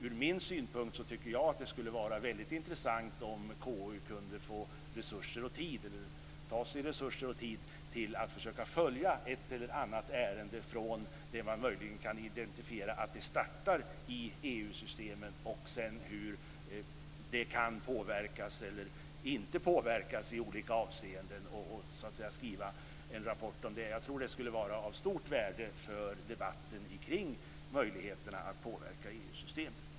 Från min synpunkt tycker jag att det skulle vara väldigt intressant om KU kunde ta sig resurser och tid att försöka följa ett eller annat ärende från det att man möjligen kan identifiera att det startar i EU systemet, sedan se hur det kan påverkas eller inte påverkas i olika avseenden och skriva en rapport om det. Jag tror att det skulle vara av stort värde för debatten kring möjligheterna att påverka EU-systemet.